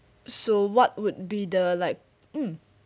so what would be the like mm